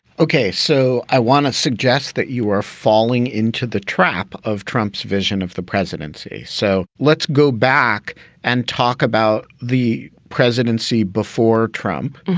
ok. so i want to suggest that you are falling into the trap of trump's vision of the president. so let's go back and talk about the presidency before trump.